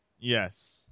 Yes